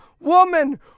woman